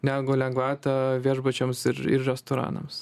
negu lengvata viešbučiams ir restoranams